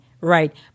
Right